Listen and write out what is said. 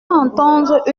entendre